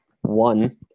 one